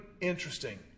interesting